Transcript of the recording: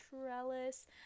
trellis